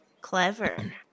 Clever